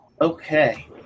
Okay